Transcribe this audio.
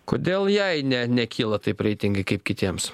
kodėl jei ne nekyla taip reitingai kaip kitiems